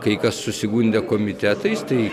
kai kas susigundė komitetais tai